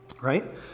right